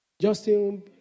Justin